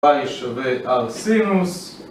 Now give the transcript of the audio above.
פאי שווה אר סינוס